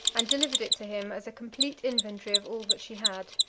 and delivered it to him as a complete inventory of all that she had.